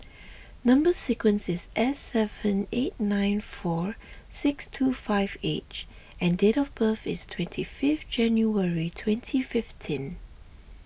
Number Sequence is S seven eight nine four six two five H and date of birth is twenty fifth January twenty fifteen